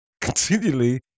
continually